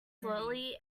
slowly